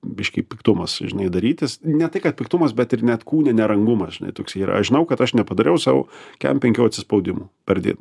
biškį piktumas žinai darytis ne tai kad piktumas bet ir net kūno neramumas žinai toks yra aš žinau kad aš nepadariau savo kempenkių atsispaudimų per dieną